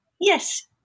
yes